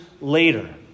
later